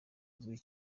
uzwi